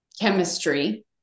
chemistry